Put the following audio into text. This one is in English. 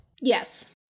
yes